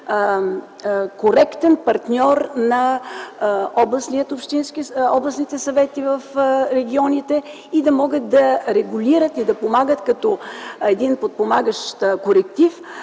коректен партньор на областните съвети, регионите и да могат да регулират и помагат като подпомагащ коректив